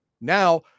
Now